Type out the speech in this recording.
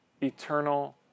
Eternal